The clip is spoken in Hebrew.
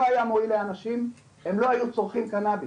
אם זה לא היה מועיל לאנשים הם לא היו צורכים קנאביס.